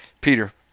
Peter